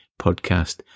podcast